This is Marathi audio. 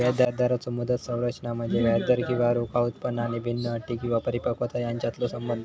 व्याजदराचो मुदत संरचना म्हणजे व्याजदर किंवा रोखा उत्पन्न आणि भिन्न अटी किंवा परिपक्वता यांच्यातलो संबंध